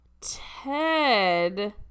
Ted